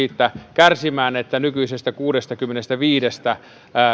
kärsimään siitä että nykyisestä kuudestakymmenestäviidestä